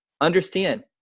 understand